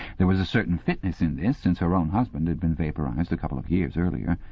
there was a certain fitness in this, since her own husband had been vaporized a couple of years earlier.